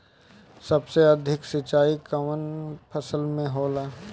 सबसे अधिक सिंचाई कवन फसल में होला?